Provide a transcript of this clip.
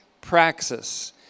praxis